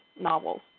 novels